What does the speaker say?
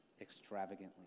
extravagantly